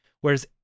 Whereas